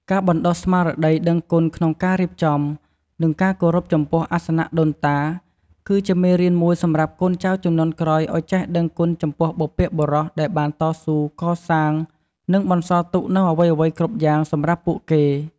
ការបណ្តុះស្មារតីដឹងគុណក្នុងការរៀបចំ និងការគោរពចំពោះអាសនៈដូនតា គឺជាមេរៀនមួយសម្រាប់កូនចៅជំនាន់ក្រោយឲ្យចេះដឹងគុណចំពោះបុព្វបុរសដែលបានតស៊ូកសាង និងបន្សល់ទុកនូវអ្វីៗគ្រប់យ៉ាងសម្រាប់ពួកគេ។